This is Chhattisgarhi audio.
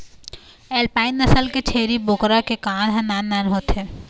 एल्पाइन नसल के छेरी बोकरा के कान ह नान नान होथे